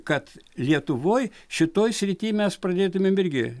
kad lietuvoj šitoj srity mes pradėtumėm irgi